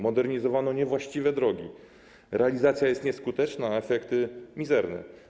Modernizowano niewłaściwe drogi, realizacja jest nieskuteczna, a afekty mizerne.